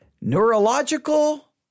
Neurological